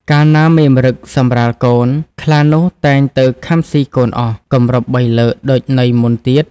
កាលណាមេម្រឹគសម្រាលកូន ខ្លានោះតែងទៅខាំស៊ីកូនអស់ គម្រប់បីលើក ដូចន័យមុនទៀត។